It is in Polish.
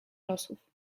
losów